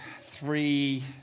three